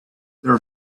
their